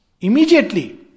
immediately